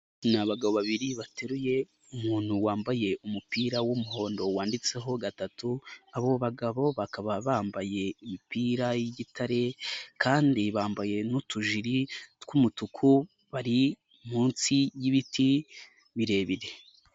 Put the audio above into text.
Ni abagabo babiri bateruye umuntu wambaye umupira w'umuhondo wanditseho gatatu, abo bagabo bakaba bambaye imipira y'igitare, kandi bambaye n'utujiri tw'umutuku, bari munsi y'ibiti birebire.